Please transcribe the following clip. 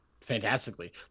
fantastically